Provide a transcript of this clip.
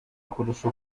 kurusha